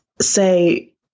say